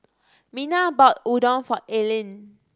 Mina bought Udon for Eileen